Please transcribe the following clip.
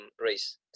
race